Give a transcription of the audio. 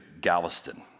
Galveston